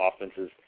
offenses